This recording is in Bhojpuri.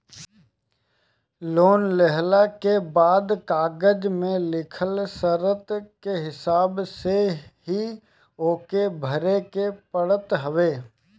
लोन लेहला के बाद कागज में लिखल शर्त के हिसाब से ही ओके भरे के पड़त हवे